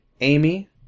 Amy